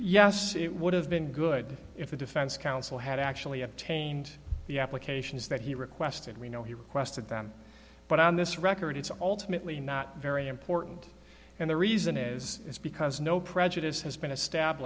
yes it would have been good if the defense counsel had actually obtained the applications that he requested we know he requested them but on this record it's ultimately not very important and the reason is is because no prejudice has been estab